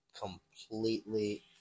completely